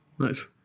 Nice